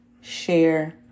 share